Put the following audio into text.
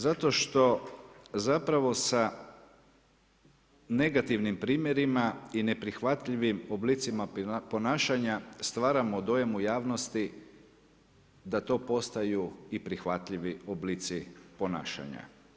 Zato što zapravo sa negativnim primjerima i neprihvatljivim oblicima ponašanja stvaramo dojam u javnosti da to postaju i prihvatljivi oblici ponašanja.